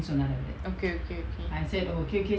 okay okay okay